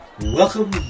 Welcome